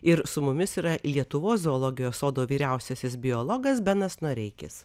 ir su mumis yra lietuvos zoologijos sodo vyriausiasis biologas benas noreikis